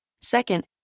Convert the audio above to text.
Second